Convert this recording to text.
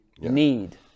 need